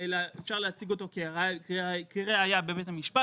אלא אפשר להציג אותו כראיה בבית המשפט,